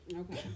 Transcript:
Okay